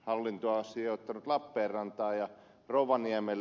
hallintoa sijoittanut lappeenrantaan ja rovaniemelle